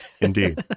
Indeed